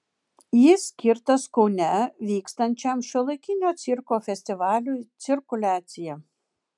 jis skirtas kaune vykstančiam šiuolaikinio cirko festivaliui cirkuliacija